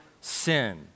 sin